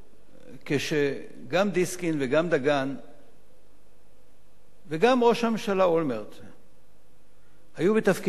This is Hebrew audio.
כשגם דיסקין וגם דגן וגם ראש הממשלה אולמרט היו בתפקידיהם,